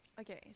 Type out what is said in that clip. okay